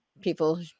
people